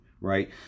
right